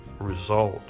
result